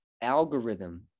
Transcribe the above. algorithm